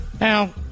Now